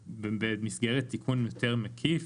במסגרת תיקון מקיף יותר,